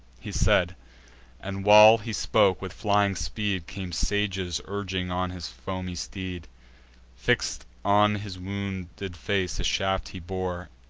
he said and while he spoke, with flying speed came sages urging on his foamy steed fix'd on his wounded face a shaft he bore,